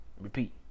Repeat